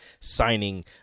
signing